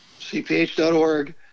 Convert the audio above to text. cph.org